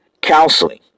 counseling